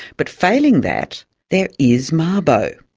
but failing that there is mabo.